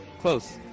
Close